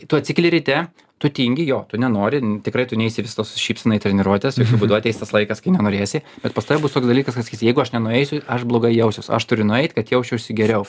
tu atsikeli ryte tu tingi jo tu nenori tikrai tu neisi visada su šypsena į treniruotes jokiu būdu ateis tas laikas kai nenorėsi bet pas tave bus toks dalykas kad sakysi jeigu aš nenueisiu aš blogai jausiuos aš turiu nueit kad jausčiausi geriau